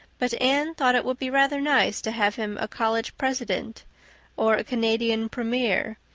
but anne thought it would be rather nice to have him a college president or a canadian premier.